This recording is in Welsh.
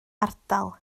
ardal